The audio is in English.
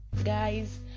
Guys